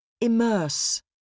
Immerse